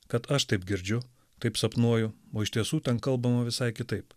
kad aš taip girdžiu taip sapnuoju o iš tiesų ten kalbama visai kitaip